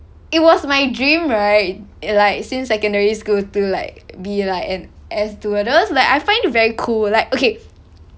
it was my dream right like since secondary school to like be like an air stewardess like I find it very cool like okay